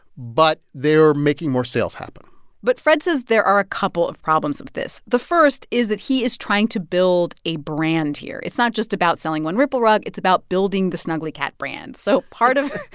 but they're making more sales happen but fred says there are a couple of problems with this. the first is that he is trying to build a brand here. it's not just about selling one ripple rug. it's about building the snugglycat brand. so part of.